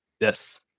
Yes